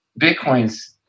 Bitcoin's